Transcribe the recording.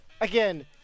Again